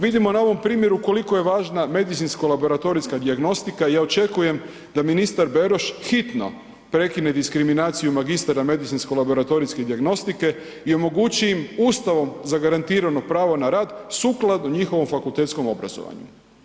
Vidimo na ovom primjeru koliko je važna medicinsko laboratorijska dijagnostika i ja očekujem da ministar Beroš hitno prekine diskriminaciju magistara medicinsko laboratorijske dijagnostike i omogući im ustavom zagarantirano pravo na rad sukladno njihovom fakultetskom obrazovanju.